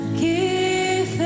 give